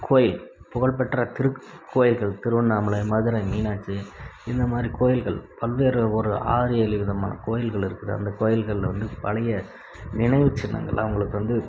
கோயில் புகழ்பெற்ற திருக்கோயில்கள் திருவண்ணாமலை மதுரை மீனாட்சி இந்த மாதிரி கோயில்கள் பல்வேறு ஒரு ஆறேழு விதமான கோயில்கள் இருக்குது அந்த கோயிகளில் வந்து பழைய நினைவு சின்னங்களெலாம் அவங்களுக்கு வந்து